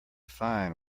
fine